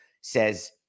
says